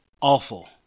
awful